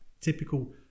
typical